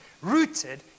rooted